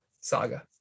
saga